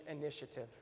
initiative